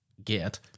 Get